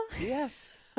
Yes